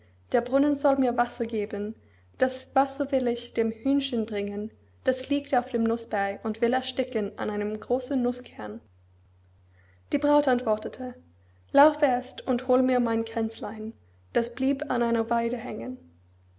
der brunnen soll mir wasser geben das wasser will ich dem hühnchen bringen das liegt auf dem nußberg und will ersticken an einem großen nußkern die braut antwortete lauf erst und hol mir mein kränzlein das blieb an einer weide hängen